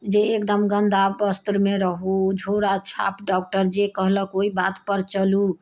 जे एकदम गन्दा वस्त्रमे रहु झोरा छाप डॉक्टर जे कहलक ओहि बात पर चलु